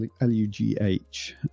l-u-g-h